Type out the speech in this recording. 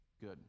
Good